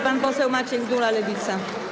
Pan poseł Maciej Gdula, Lewica.